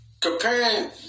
comparing